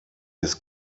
his